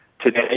Today